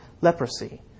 leprosy